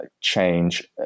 change